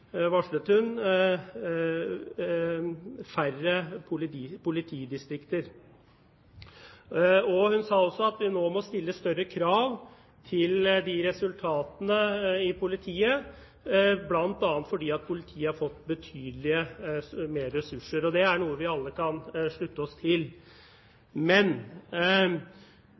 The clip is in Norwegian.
varslet hun færre politidistrikter. Hun sa også at vi nå må stille større krav til resultatene i politiet, bl.a. fordi politiet har fått betydelig mer ressurser. Det er noe vi alle kan slutte oss til. Fremskrittspartiet er i utgangspunktet ikke imot omorganisering, men